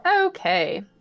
Okay